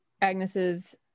agnes's